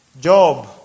Job